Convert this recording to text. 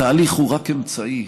התהליך הוא רק אמצעי.